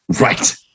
Right